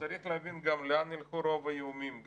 צריך להבין גם לאן ילכו רוב האיומים.